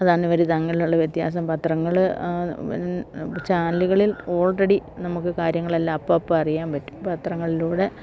അതാണ് അവർ തങ്ങിലുള്ള വ്യത്യാസം പത്രങ്ങൾ ചാനലുകളിൽ ഓൾറെഡി നമുക്ക് കാര്യങ്ങളെല്ലാം അപ്പപ്പം അറിയാൻ പറ്റും പത്രങ്ങളിലൂടെ